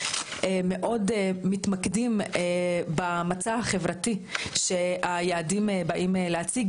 מאוד מתמקדים במצע החברתי שהיעדים באים להציג.